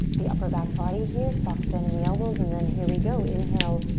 the upper back body here, soft bend in the elbows and then here we go, inhale,